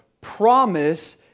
promise